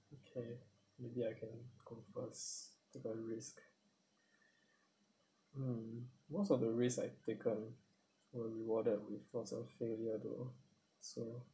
okay maybe I can go first took a risk mm most of the risk I've taken were rewarded with lots of failure though so